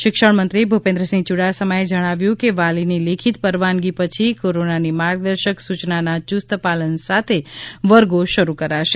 શિક્ષણમંત્રી ભૂપેન્ન્ સિંહ યૂડાસમાએ જણાવ્યું કે વાલીની લેખિત પરવાનગી પછી કોરોનાની માર્ગદર્શક સૂચનાના ચૂસ્ત પાલન સાથે વર્ગો શરૂ કરાશે